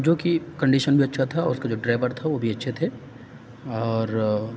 جو کہ کنڈیشن بھی اچھا تھا اور اُس کا جو ڈرائیور تھا وہ بھی اچھے تھے اور